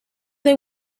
they